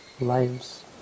lives